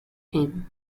him